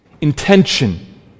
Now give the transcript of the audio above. intention